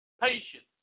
patience